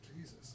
Jesus